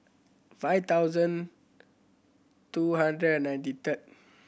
five thousand two hundred and ninety third